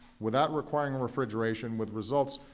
without requiring refrigeration, with results